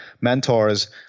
mentors